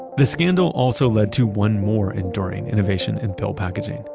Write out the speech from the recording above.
the scandal also led to one more enduring innovation in pill packaging.